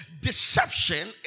deception